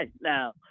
now